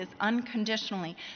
unconditionally